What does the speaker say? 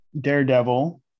Daredevil